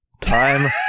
Time